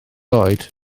oed